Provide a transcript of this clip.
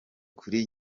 kuri